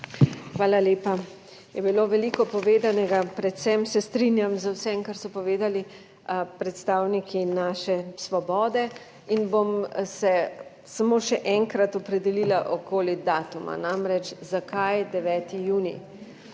Hvala lepa. Je bilo veliko povedanega. Predvsem se strinjam z vsem, kar so povedali predstavniki naše svobode in bom se samo še enkrat opredelila okoli datuma, namreč, zakaj 9. junij.